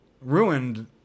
Ruined